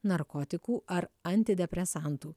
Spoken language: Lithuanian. narkotikų ar antidepresantų